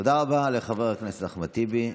תודה רבה לחבר הכנסת אחמד טיבי.